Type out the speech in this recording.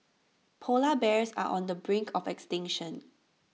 Polar Bears are on the brink of extinction